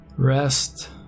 Rest